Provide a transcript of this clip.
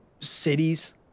cities